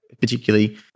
particularly